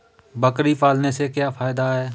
बकरी पालने से क्या फायदा है?